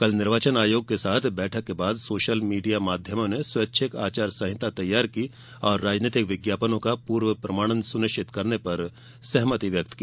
कल निर्वाचन आयोग के साथ बैठक के बाद सोशल मीडिया माध्यमों ने स्वैच्छिक आचार संहिता तैयार की और राजनीतिक विज्ञापनों का पूर्व प्रमाणन सुनिश्चित करने पर सहमति व्यक्त की